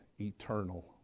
eternal